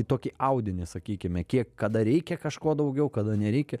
tokį audinį sakykime kiek kada reikia kažko daugiau kada nereikia